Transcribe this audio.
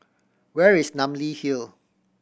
where is Namly Hill